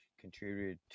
contributed